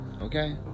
okay